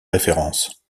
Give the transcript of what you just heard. références